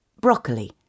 Broccoli